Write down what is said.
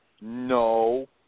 No